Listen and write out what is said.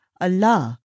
Allah